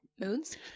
Moods